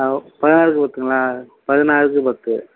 ஆ பதினாறுக்கு எட்டுங்களா பதினாறுக்கு பத்து